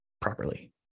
properly